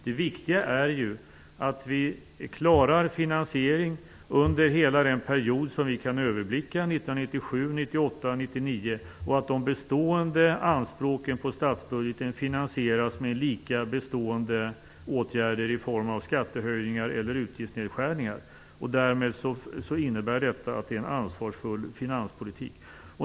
Det viktiga är att vi klarar finansieringen under hela den period som vi kan överblicka - 1997, 1998 och 1999 - och att de bestående anspråken på statsbudgeten finansieras med lika bestående åtgärder i form av skattehöjningar eller utgiftsnedskärningar. Därmed innebär detta att det är en ansvarsfull finanspolitik.